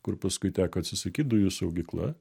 kur paskui teko atsisakyt dujų saugykla